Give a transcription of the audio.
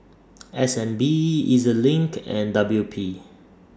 S N B E Z LINK and W P